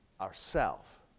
ourself